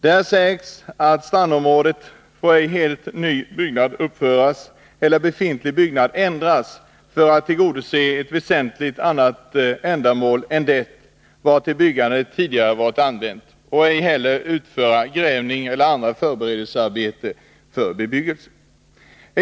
Där sägs: ”Inom strandskyddsområde får ej helt ny byggnad uppföras eller befintlig byggnad ändras för att tillgodose ett väsentligen annat ändamål än det, vartill byggnaden tidigare varit använd, och ej heller utföras grävningsoch andra förberedelsearbeten för bebyggelse som nu sagts.